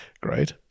Great